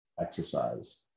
exercise